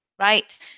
right